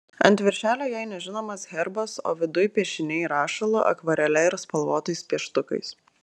ant viršelio jai nežinomas herbas o viduj piešiniai rašalu akvarele ir spalvotais pieštukais